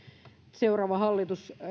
seuraava hallitus